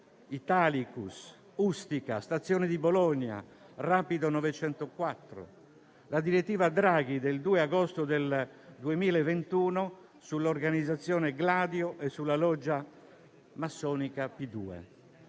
Italicus, Ustica, stazione di Bologna, Rapido 904; la direttiva Draghi del 2 agosto 2021 sull'organizzazione Gladio e sulla loggia massonica P2.